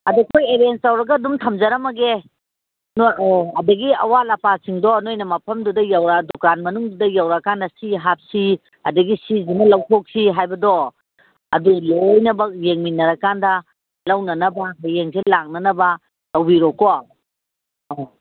ꯑꯗꯨ ꯑꯩꯈꯣꯏ ꯑꯦꯔꯦꯟꯖ ꯇꯧꯔꯒ ꯑꯗꯨꯝ ꯊꯝꯖꯔꯝꯃꯒꯦ ꯑꯗꯒꯤ ꯑꯋꯥꯠ ꯑꯄꯥꯁꯤꯡꯗꯣ ꯅꯣꯏꯅ ꯃꯐꯝꯗꯨꯗ ꯌꯧꯔꯛꯑꯒ ꯗꯨꯀꯥꯟ ꯃꯅꯨꯡꯗꯨꯗ ꯌꯧꯔꯛꯑꯀꯥꯟꯗ ꯁꯤ ꯍꯥꯞꯁꯤ ꯑꯗꯒꯤ ꯁꯤꯁꯤꯃ ꯂꯧꯊꯣꯛꯁꯤ ꯍꯥꯏꯕꯗꯣ ꯑꯗꯨ ꯂꯣꯏꯅꯃꯛ ꯌꯦꯡꯃꯤꯟꯅꯔꯀꯥꯟꯗ ꯂꯧꯅꯅꯕ ꯍꯌꯦꯡꯁꯦ ꯂꯥꯛꯅꯅꯕ ꯇꯧꯕꯤꯔꯣꯀꯣ ꯑꯧ